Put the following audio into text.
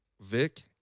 Vic